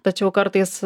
tačiau kartais